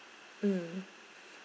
mm